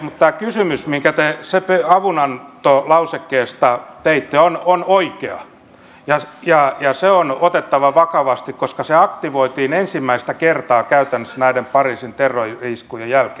mutta tämä kysymys minkä te avunantolausekkeesta teitte on oikea ja se on otettava vakavasti koska se aktivoitiin ensimmäistä kertaa käytännössä näiden pariisin terrori iskujen jälkeen